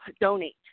donate